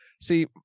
see